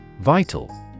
Vital